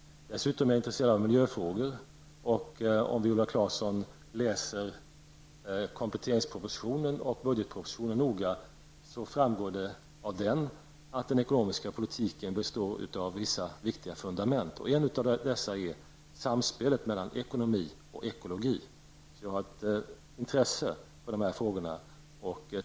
Dessutom är jag intresserad av miljöfrågor. Om Viola Claesson läser kompletteringspropositionen och budgetpropositionen noga framgår det av dem att den ekonomiska politiken består av vissa viktiga fundament. Ett av dessa är samspelet mellan ekonomi och ekologi. Jag har ett intresse för de här frågorna.